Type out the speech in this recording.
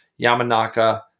Yamanaka